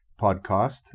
podcast